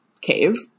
cave